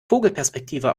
vogelperspektive